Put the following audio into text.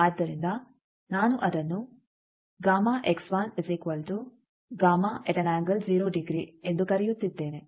ಆದ್ದರಿಂದ ನಾನು ಅದನ್ನು ಎಂದು ಕರೆಯುತ್ತಿದ್ದೇನೆ